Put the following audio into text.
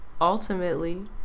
Ultimately